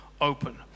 open